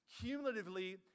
Cumulatively